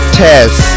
test